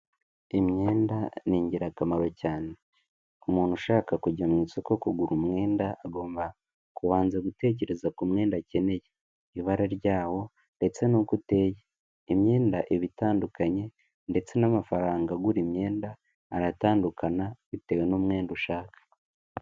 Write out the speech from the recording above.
Imyenda ni ingirakamaro cyane. Umuntu ushaka kujya mu isoko kugura umwenda, agomba kubanza gutekereza ku mwenda akeneye, ibara ryawo ndetse n'uko uteye. Imyenda iba itandukanye ndetse n'amafaranga agura imyenda aratandukana bitewe n'umwenda ushaka.